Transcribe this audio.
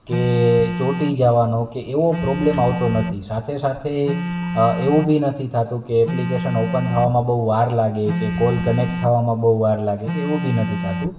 કે ચોંટી જવાનો કે એવો પ્રોબ્લેમ આવતો નથી સાથે સાથે એવું બી નથી થતું કે એપ્લિકેશન ઓપન થવામાં બહુ વાર લાગે કે કોલ કનેક્ટ થવામાં બહુ વાર લાગે કે એવું બી નથી થતું